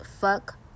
Fuck